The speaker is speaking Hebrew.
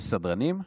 יש סדרנים?